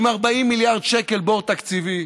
עם 40 מיליארד שקל בור תקציבי,